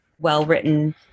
well-written